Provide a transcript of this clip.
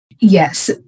Yes